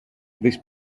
this